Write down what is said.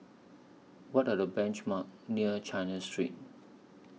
What Are The benchmark near China Street